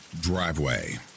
driveway